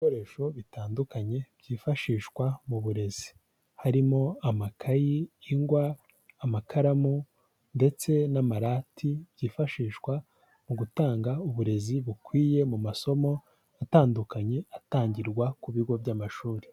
Ibikoresho bitandukanye byifashishwa mu burezi, harimo amakayi, ingwa, amakaramu ndetse n'amarati byifashishwa mu gutanga uburezi bukwiye mu masomo atandukanye atangirwa ku bigo by'amashuri.